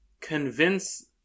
convince